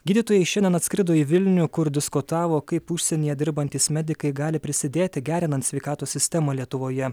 gydytojai šiandien atskrido į vilnių kur diskutavo kaip užsienyje dirbantys medikai gali prisidėti gerinant sveikatos sistemą lietuvoje